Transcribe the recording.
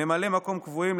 ממלאי מקום קבועים,